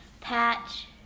patch